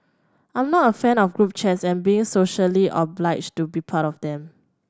I'm not a fan of group chats and being socially obliged to be part of them